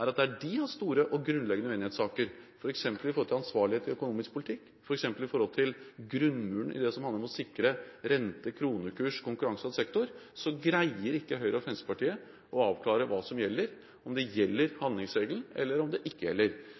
er at der de har store og grunnleggende uenighetssaker, f.eks. når det gjelder ansvarlighet i økonomisk politikk, når det gjelder grunnmuren i det som handler om å sikre rente, kronekurs og konkurranseutsatt sektor, så greier ikke Høyre og Fremskrittspartiet å avklare hva som gjelder, om handlingsregelen gjelder eller